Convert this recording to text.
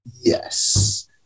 yes